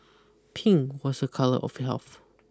pink was a colour of health